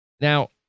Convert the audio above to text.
Now